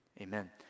amen